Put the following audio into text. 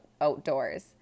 outdoors